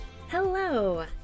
hello